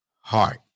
heart